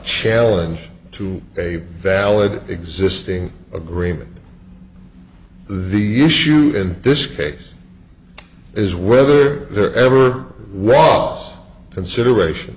challenge to a valid existing agreement the issue in this case is whether there ever was consideration